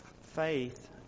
faith